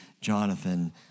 Jonathan